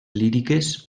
líriques